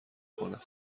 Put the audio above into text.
کند